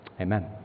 Amen